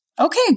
Okay